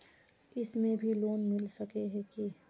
इसमें भी लोन मिला है की